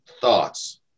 thoughts